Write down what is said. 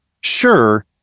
sure